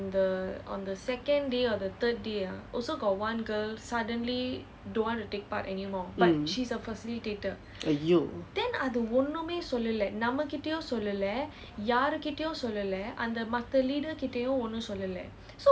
mm !aiyo!